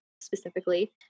specifically